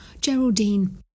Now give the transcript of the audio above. Geraldine